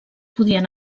podien